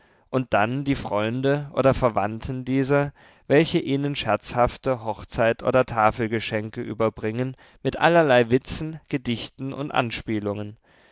und dann die freunde oder verwandten dieser welche ihnen scherzhafte hochzeit oder tafelgeschenke überbringen mit allerlei witzen gedichten und anspielungen